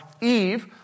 Eve